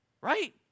Right